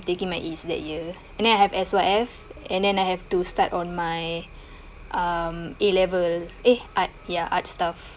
taking my As that year and then I have S_Y_F and then I have to start on my um A level eh art ya art stuff